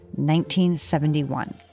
1971